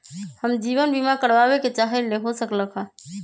हम जीवन बीमा कारवाबे के चाहईले, हो सकलक ह?